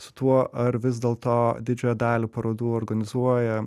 su tuo ar vis dėlto didžiąją dalį parodų organizuoja